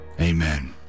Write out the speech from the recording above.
amen